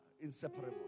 inseparable